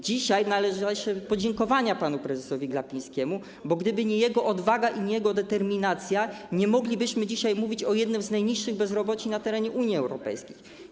Dzisiaj należą się podziękowania panu prezesowi Glapińskiemu, bo gdyby nie jego odwaga i determinacja, nie moglibyśmy dzisiaj mówić o jednym z najniższych wskaźników bezrobocia na terenie Unii Europejskiej.